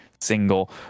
single